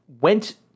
went